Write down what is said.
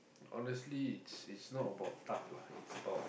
honestly it's it's not about tough lah it's about